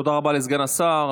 תודה רבה לסגן השר.